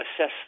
assess